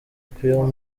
pearl